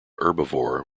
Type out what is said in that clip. herbivore